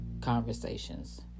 conversations